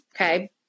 okay